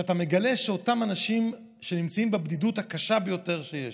כשאתה מגלה שאותם אנשים שנמצאים בבדידות הקשה ביותר שיש,